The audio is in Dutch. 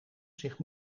zich